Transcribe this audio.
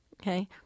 okay